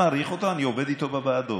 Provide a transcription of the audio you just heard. מעריך אותו, אני עובד איתו בוועדות: